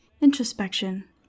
introspection